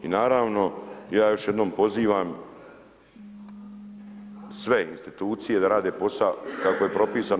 I naravno, ja još jednom pozivam sve institucije da rade posao, kako je propisan.